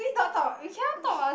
please don't talk we cannot talk about